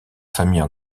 famille